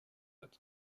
wird